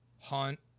hunt